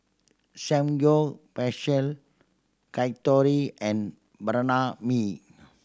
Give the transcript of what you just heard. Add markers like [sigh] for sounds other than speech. Samgeyopsal Yakitori and [unintelligible] Mi